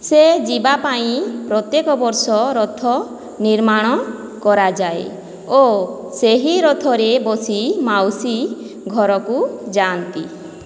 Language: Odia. ସେ ଯିବା ପାଇଁ ପ୍ରତ୍ୟେକ ବର୍ଷ ରଥ ନିର୍ମାଣ କରାଯାଏ ଓ ସେହି ରଥରେ ବସି ମାଉସୀ ଘରକୁ ଯାଆନ୍ତି